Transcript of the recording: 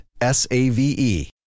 S-A-V-E